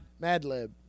Madlib